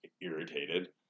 irritated